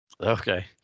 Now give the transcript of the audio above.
okay